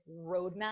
roadmap